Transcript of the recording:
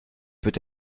peut